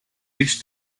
reached